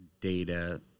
data